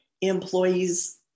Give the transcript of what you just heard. employees